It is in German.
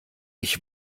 ich